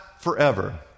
forever